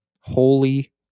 Holy